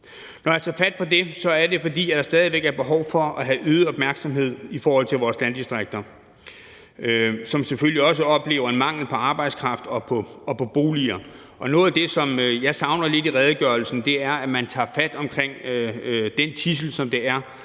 Når jeg tager fat på det, er det, fordi der stadig væk er behov for at have øget opmærksomhed på vores landdistrikter, som selvfølgelig også oplever en mangel på arbejdskraft og på boliger. Noget af det, som jeg savner lidt i redegørelsen, er, at man tager fat omkring den tidsel, som det er,